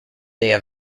della